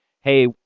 hey